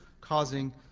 causing